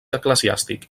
eclesiàstic